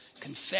confess